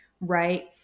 right